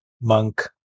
monk